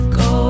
go